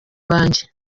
banjye